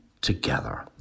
together